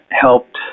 helped